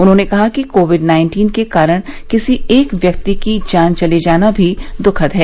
उन्होंने कहा कि कोविड नाइन्टीन के कारण किसी एक व्यक्ति की जान चले जाना भी दुखद है